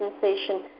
sensation